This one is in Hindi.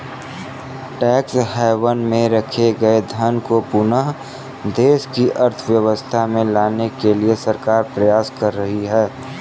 टैक्स हैवन में रखे गए धन को पुनः देश की अर्थव्यवस्था में लाने के लिए सरकार प्रयास कर रही है